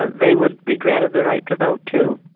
they would be granted the right to vote too.